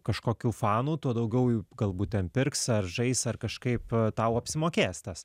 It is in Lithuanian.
kažkokių fanų tuo daugiau jų galbūt ten pirks ar žais ar kažkaip tau apsimokės tas